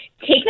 take